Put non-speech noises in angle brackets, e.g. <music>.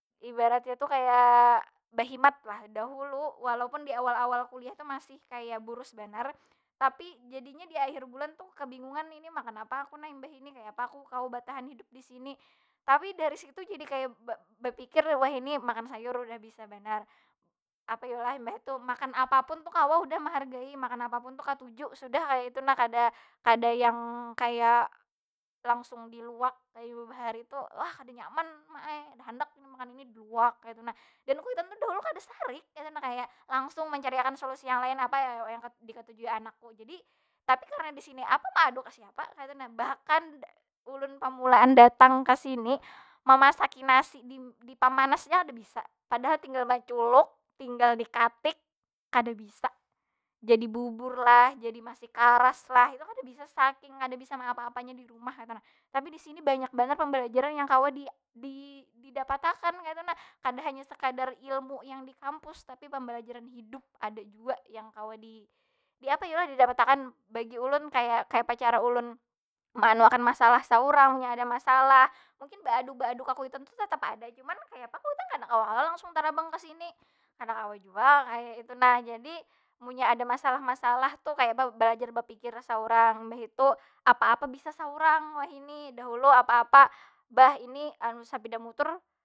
Ibaratnya tu kaya bahimat lah. Dahulu walaupun di awal- awal kuliah tu masih kaya buros banar tapi jadinya di akhir bulan tu kabingungan, ini makan apa aku nah imbah ini? Kaya apa aku kawa batahan hidup di sini? Tapi dari situ jadi kaya ba- bapikir wahini makan sayur udah bisa banar. Apa yu lah? Imbah itu makan apapun kawa udah mahargai, makan apapun tu katuju sudah kaya itu nah. Kada, kada yang kaya langsugn diluak kaya babahari tu, wah kada nyaman ma ai, kada handak ini makan ini, diluak kaytu nah. Dan kuitan tu dahulu kada sarik, kaytu nah. Kaya langsung mencariakan solusi yang lain. Apa ya yo yang dikatujui anak ku? Jadi, tapi karena di sini apa maadu ka siapa, kaytu nah. Bahkan ulun pamulaan datang ka sini, mamasaki nasi di- di pamanas aja kada bisa. Padahal tinggal manculuk, tinggal dikatik, kada bisa. Jadi bubur lah, jadi masih karas lah. Itu kada bisa, saking kada bisa maapa- apa nya di rumah kaytu nah. Tapi di sini banyak banar pembelajaran yang kawa di- didapat akan kaytu nah. Kada sakadar ilmu yang di kampus. Tapi pambalajaran hidup ada jua yang kawa di- diapa yu lah? Didapat akan. Bagi ulun, kaya kayapa cara ulun maanuakan masalah saurang, munnya ada masalah. Mungkin baadu- baadu ka kuitan tu tetap ada. Cuman, kaya apa kuitan kada kawa kalo langsung tarabang ka sini. Kada kawa jua kaya itu nha. Jadi, munnya ada masalah- masalah tu kayapa belajar bapikir saurang? Mbah itu apap- apa bisa saurang wahini. Dahulu apa- apa, bah ini <hesitation> sapida motor.